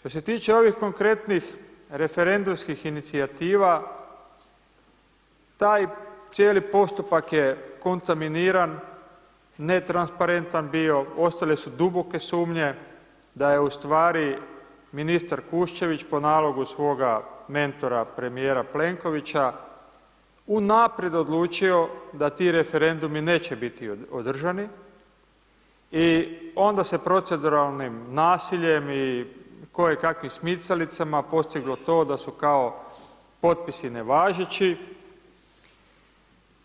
Što se tiče ovih konkretnih referendumskih inicijativa, taj cijeli postupak je kontaminiran, netransparentan bio, ostale su duboke sumnje daje ustvari ministar Kuščević po nalogu svoga mentora premijera Plenkovića unaprijed odlučio da ti referendumi neće biti održani i onda se proceduralnim nasiljem i kojekakvim smicalicama postiglo to da su kao potpisi nevažeći,